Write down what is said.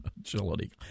Agility